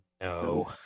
No